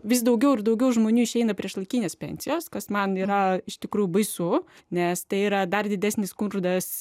vis daugiau ir daugiau žmonių išeina priešlaikinės pensijos kas man yra iš tikrųjų baisu nes tai yra dar didesnis skurdas